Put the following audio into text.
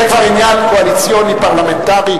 זה כבר עניין קואליציוני פרלמנטרי.